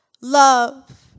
Love